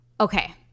Okay